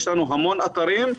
יש לנו המון אתרים,